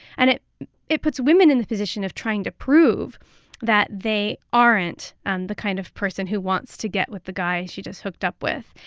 and it it puts women in the position of trying to prove that they aren't and the kind of person who wants to get with the guy she just hooked up with.